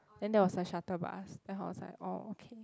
then there was a shuttle bus then I was like oh okay